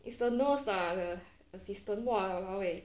it's the nurse lah the assistant !walao! eh